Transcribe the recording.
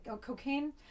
Cocaine